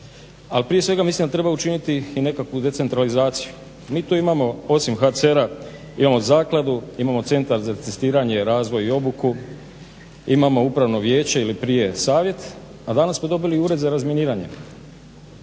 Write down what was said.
ali prije svega mislim da treba učiniti i nekakvu decentralizaciju. Mi tu imamo osim HCR-a imamo zakladu, imao centar za testiranje, razvoj i obuku, imamo Upravno vijeće ili prije savjet a danas smo dobili i ured za razminiranje.